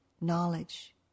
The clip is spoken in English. knowledge